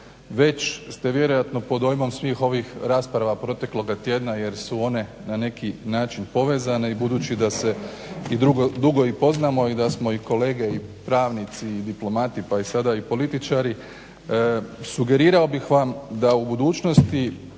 već ste vjerojatno pod dojmom svih ovih rasprava protekloga tjedna jer su one na neki način povezane i budući da se i dugo i znamo i da smo kolege i pravnici i diplomati, pa i sada i političari sugerirao bih vam da u budućnosti